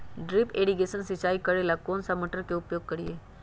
Drip irrigation सिंचाई करेला कौन सा मोटर के उपयोग करियई?